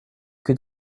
vécu